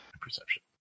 Perception